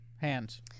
Hands